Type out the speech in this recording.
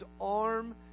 arm